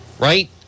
right